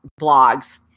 blogs